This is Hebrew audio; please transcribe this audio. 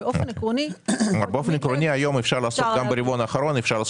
באופן עקרוני היום אפשר לעשות תיאום חדש גם ברבעון האחרון.